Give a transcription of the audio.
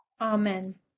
Amen